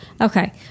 Okay